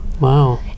Wow